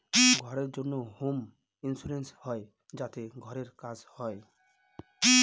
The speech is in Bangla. ঘরের জন্য হোম ইন্সুরেন্স হয় যাতে ঘরের কাজ হয়